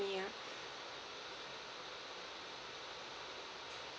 uh